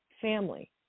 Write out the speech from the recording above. family